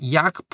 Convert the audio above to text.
jak